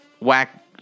whack